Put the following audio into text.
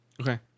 Okay